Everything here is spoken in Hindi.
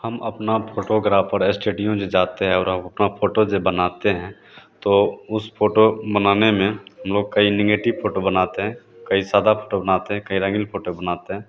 हम अपना फ़ोटोग्राफ़ड़ एश्टेडियो जो जाते है और हम अपनी फ़ोटो ये बनाते हैं तो उस फ़ोटो बनाने में हम लोग कई निगेटिव फ़ोटो बनाते हैं कई सादा फ़ोटो बनाते हैं कहीं रंगील फ़ोटो बनाते हैं